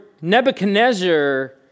Nebuchadnezzar